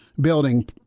building